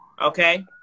Okay